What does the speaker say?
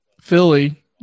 Philly